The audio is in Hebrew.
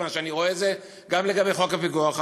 מכיוון שאני רואה את זה גם לגבי חוק הפיקוח.